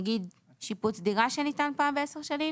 נגיד שיפוץ דירה שניתן פעם בעשר שנים?